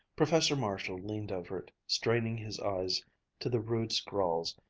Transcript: professor marshall leaned over it, straining his eyes to the rude scrawls,